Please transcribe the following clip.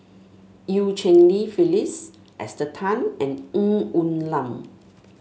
Eu Cheng Li Phyllis Esther Tan and Ng Woon Lam